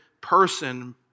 person